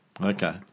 Okay